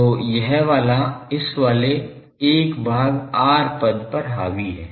तो यह वाला इस वाले 1 भाग r पद पर हावी है